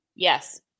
Yes